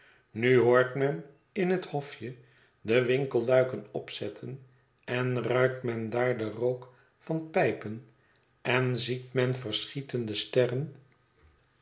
nu hoort men in het hofje de winkelhaken opzetten en ruikt men daar de rook van pijpen en ziet men verschietende sterren